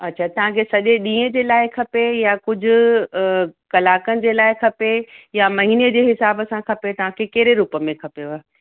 अच्छा तव्हांखे सॼे ॾींहं जे लाइ खपे या कुझु कलाकनि जे लाइ खपे या महीने जे हिसाब सां खपे तव्हांखे कहिड़े रूप में खपेव